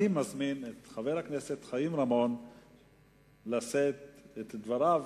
אני מזמין את חבר הכנסת חיים רמון לשאת את דבריו,